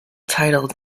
titled